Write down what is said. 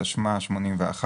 התשמ"א-1981,